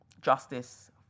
justice